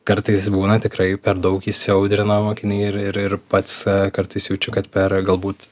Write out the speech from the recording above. kartais būna tikrai per daug įsiaudrina mokiniai ir ir ir pats kartais jaučiu kad per galbūt